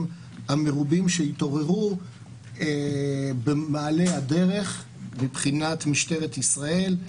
המרובים שהתעוררו במעלה הדרך מבחינת משטרת ישראל,